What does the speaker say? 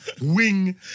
wing